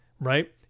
right